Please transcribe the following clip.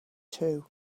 too